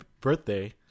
birthday